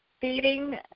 Feeding